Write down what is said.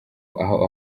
aho